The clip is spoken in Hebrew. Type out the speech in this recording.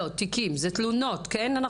זה תלונות, כן?